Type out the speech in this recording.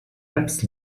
apps